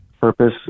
purpose